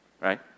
right